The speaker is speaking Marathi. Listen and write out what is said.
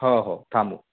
हो हो थांबू